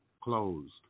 closed